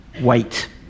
wait